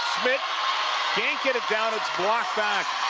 schmitt can't get it down, it's blocked back.